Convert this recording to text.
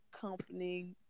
company